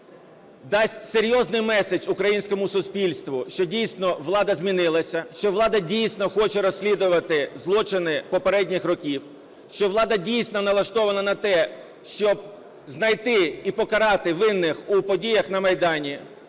дасть серйозний меседж українському суспільству, що дійсно влада змінилася, що влада дійсно хоче розслідувати злочини попередніх років, що влада дійсно налаштована на те, щоб знайти і покарати винних у подіях на Майдані,